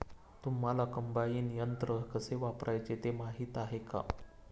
तुम्हांला कम्बाइन यंत्र कसे वापरायचे ते माहीती आहे का?